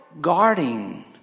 guarding